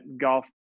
golf